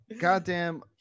Goddamn